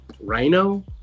Rhino